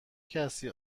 کسی